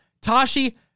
Tashi